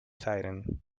siren